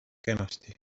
kenasti